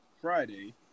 Friday